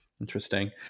Interesting